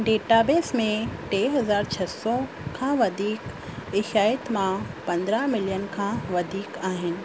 database में टे हज़ार छह सौ खां वधीक इशाइत मां पंदरहां मिलियन खां वधीक आहिनि